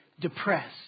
depressed